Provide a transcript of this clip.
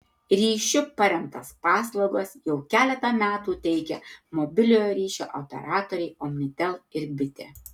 ryšiu paremtas paslaugas jau keletą metų teikia mobiliojo ryšio operatoriai omnitel ir bitė